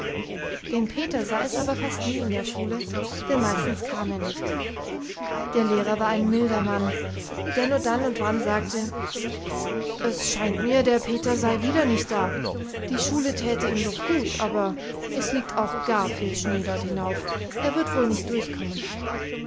den peter sah es aber fast nie in der schule denn meistens kam er nicht der lehrer war ein milder mann der nur dann und wann sagte es scheint mir der peter sei wieder nicht da die schule täte ihm doch gut aber es liegt auch gar viel schnee dort hinauf er wird wohl nicht durchkommen